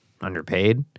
underpaid